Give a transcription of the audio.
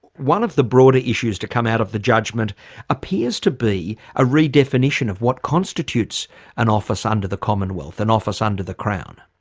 one of the broader issues to come out of the judgment appears to be a redefinition of what constitutes an office under the commonwealth, an office under the crown.